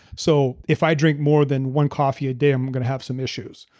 so if i drink more than one coffee a day, i'm going to have some issues.